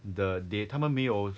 the they 他们没有